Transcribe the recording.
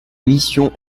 missions